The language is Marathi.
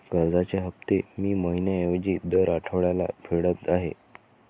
कर्जाचे हफ्ते मी महिन्या ऐवजी दर आठवड्याला फेडत आहे